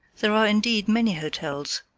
there are, indeed, many hotels,